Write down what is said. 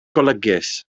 golygus